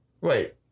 Wait